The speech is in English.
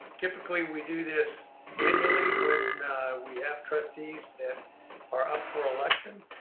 typically, we do this annually when we have trustees that are up for election.